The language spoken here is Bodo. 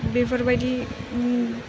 बेफोरबायदि